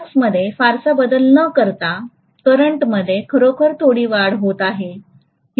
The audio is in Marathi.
फ्लक्स मध्ये फारसा बदल न करता करंट मध्ये खरोखर थोडी वाढ होत आहे